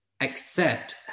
accept